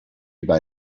über